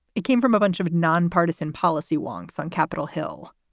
it came from a bunch of nonpartisan policy wonks on capitol hill.